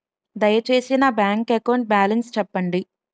దయచేసి నా bank account balance చెప్పండి